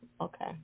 Okay